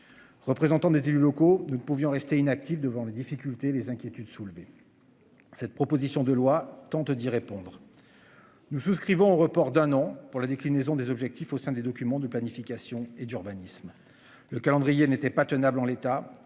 Représentants des élus locaux. Nous ne pouvions rester inactifs devant les difficultés et les inquiétudes soulevées. Cette proposition de loi tente d'y répondre. Nous souscrivons au report d'un an pour la déclinaison des objectifs au sein des documents de planification et d'urbanisme. Le calendrier n'était pas tenable. En l'état,